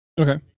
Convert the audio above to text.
Okay